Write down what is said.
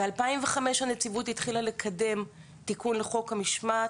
ב-2005 הנציבות התחילה לקדם תיקון לחוק המשמעת,